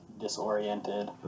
disoriented